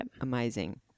amazing